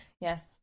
yes